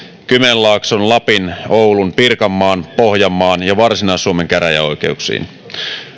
kymenlaakson lapin oulun pirkanmaan pohjanmaan ja varsinais suomen käräjäoikeuksiin